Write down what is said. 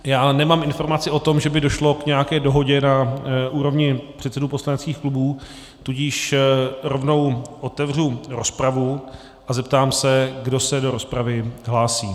Nemám informaci o tom, že by došlo k nějaké dohodě na úrovni předsedů poslaneckých klubů, tudíž rovnou otevřu rozpravu a zeptám se, kdo se do rozpravy hlásí.